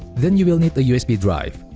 then you will need a usb drive,